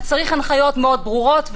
אז צריך הנחיות מאוד ברורות,